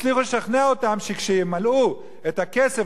הצליחו לשכנע אותם שכשימלאו את הכסף,